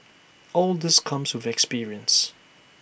all this comes with experience